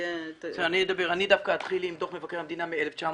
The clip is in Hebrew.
אני דווקא אתחיל עם דוח מבקר המדינה מ-1956.